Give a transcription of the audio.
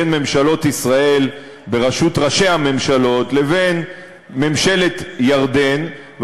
בין ממשלות ישראל בראשות ראשי הממשלות לבין ממשלת ירדן,